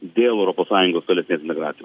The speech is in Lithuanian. dėl europos sąjungos tolesnės integracijos